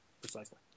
Precisely